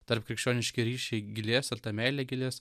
tarpkrikščioniški ryšiai gilės ir ta meilė gilės